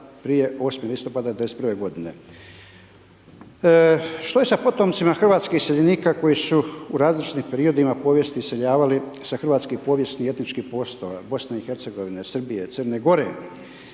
prije 8. listopada 1991. godine. Što se sa potomcima hrvatskih iseljenika koji su u različitim periodima povijesti iseljavali sa hrvatski povijesnih i etničkih .../nerazumljivo/..., BiH, Srbije, Crne Gore?